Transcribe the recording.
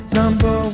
number